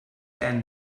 end